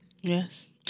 Yes